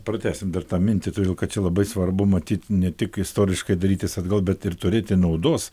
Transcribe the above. pradėsim dar tą mintį todėl kad čia labai svarbu matyti ne tik istoriškai dairytis atgal bet ir turėti naudos